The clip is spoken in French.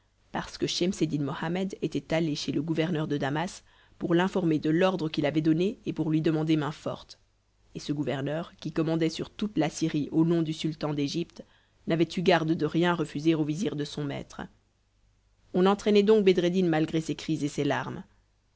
parce que schemseddin mohammed était allé chez le gouverneur de damas pour l'informer de l'ordre qu'il avait donné et pour lui demander main forte et ce gouverneur qui commandait sur toute la syrie au nom du sultan d'égypte n'avait eu garde de rien refuser au vizir de son maître on entraînait donc bedreddin malgré ses cris et ses larmes